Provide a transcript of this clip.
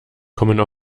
kommen